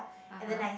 (uh huh)